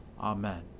Amen